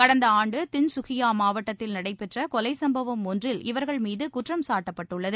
கடந்த ஆண்டு தின்ககியா மாவட்டத்தில் நடைபெற்ற கொலை சம்பவம் ஒன்றில் இவர்கள் மீது குற்றம் சாட்டப்பட்டுள்ளது